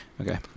Okay